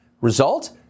Result